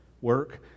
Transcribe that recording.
work